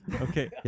okay